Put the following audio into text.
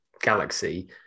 galaxy